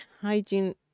hygiene